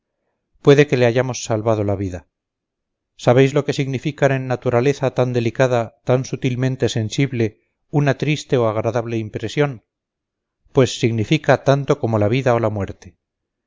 puede que le hayamos salvado la vida sabéis lo que significan en naturaleza tan delicada tan sutilmente sensible una triste o agradable impresión pues significa tanto como la vida o la muerte